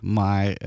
maar